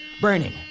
burning